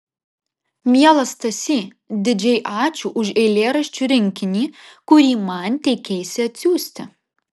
mielas stasy didžiai ačiū už eilėraščių rinkinį kurį man teikeisi atsiųsti